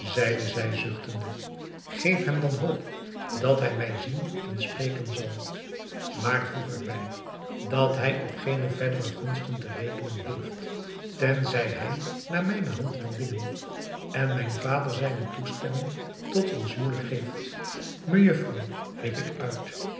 zij zuchtende geef hem dan hoop dat hij mij zien en spreken zal maar voeg er bij dat hij op geene verdere gunsten te rekenen heeft tenzij hij naar mijne hand wil dingen en mijn vader zijne toestemming tot ons huwelijk geeft mejufvrouw riep ik uit